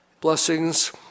blessings